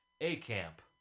A-Camp